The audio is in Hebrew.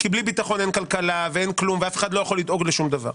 כי בלי ביטחון אין כלכלה ואין כלום ואף אחד לא יכול לדאוג לשום דבר.